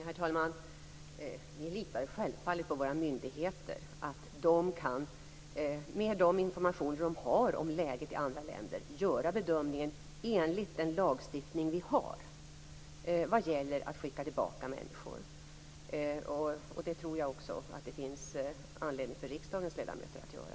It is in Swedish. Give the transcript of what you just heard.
Herr talman! Vi litar självfallet på att våra myndigheter med de informationer de har om läget i andra länder gör bedömningar enligt den lagstiftning vi har när det gäller frågan att skicka tillbaka människor. Det tror jag att det också finns anledning för riksdagens ledamöter att göra.